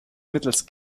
mittels